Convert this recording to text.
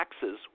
taxes